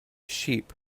sheep